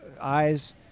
eyes